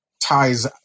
ties-